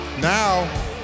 Now